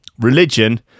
religion